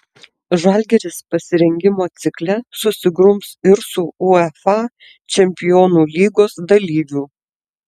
žalgiris pasirengimo cikle susigrums ir su uefa čempionų lygos dalyviu